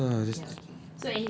of course lah it's